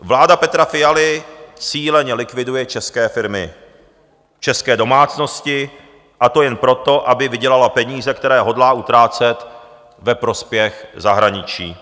Vláda Petra Fialy cíleně likviduje české firmy, české domácnosti, a to jen proto, aby vydělala peníze, které hodlá utrácet ve prospěch zahraničí.